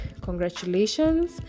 congratulations